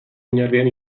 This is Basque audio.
oinarrian